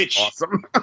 awesome